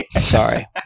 sorry